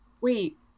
wait